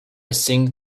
think